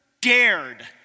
dared